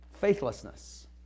faithlessness